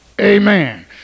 Amen